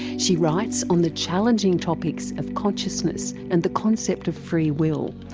she writes on the challenging topics of consciousness and the concept of free will,